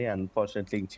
Unfortunately